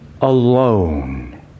alone